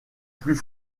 plus